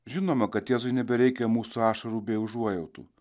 žinoma kad jėzui nebereikia mūsų ašarų bei užuojautų